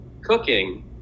cooking